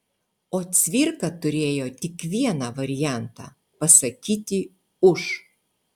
o cvirka turėjo tik vieną variantą pasakyti už